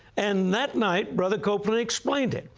and that night, brother copeland explained it.